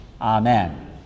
Amen